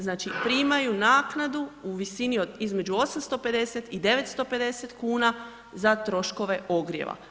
Znači primaju naknadu u visini od između 850 i 950 kuna za troškove ogrjeva.